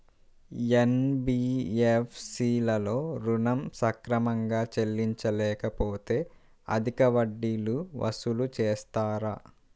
NBFC లలో ఋణం సక్రమంగా చెల్లించలేకపోతె అధిక వడ్డీలు వసూలు చేస్తారా?